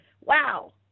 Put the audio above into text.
Wow